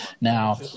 Now